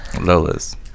Lola's